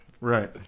right